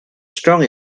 strong